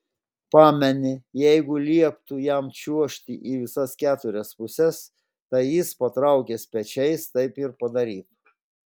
pamanė jeigu lieptų jam čiuožti į visas keturias puses tai jis patraukęs pečiais taip ir padarytų